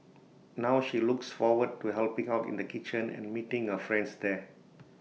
now she looks forward to helping out in the kitchen and meeting her friends there